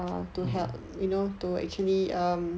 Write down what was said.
mm